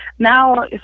Now